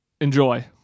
enjoy